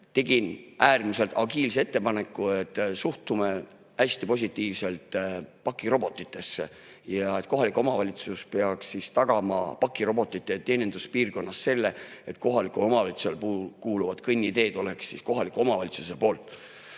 Tegin äärmiselt agiilse ettepaneku, et suhtume hästi positiivselt pakirobotitesse. Kohalik omavalitsus peaks tagama pakirobotite teeninduspiirkonnas selle, et kohalikele omavalitsustele kuuluvad kõnniteed lükkaks kohalik omavalitsus ise